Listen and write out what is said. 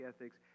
ethics